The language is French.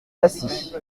passy